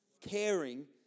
Caring